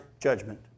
judgment